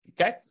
Okay